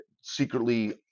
secretly